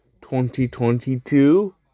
2022